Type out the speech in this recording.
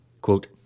Quote